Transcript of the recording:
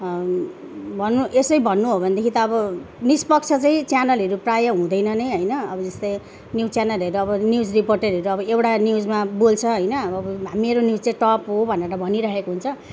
भनौँ यसै भन्नु हो भने कि त अब निष्पक्ष चाहिँ च्यानलहरू प्रायः हुँदैन नै होइन अब जस्तै न्युज च्यानलहरू अब न्युज रिपोर्टरहरू अब एउटा न्युजमा बोल्छ होइन अब मेरो न्युज चाहिँ टप हो भनेर भनिरहेको हुन्छ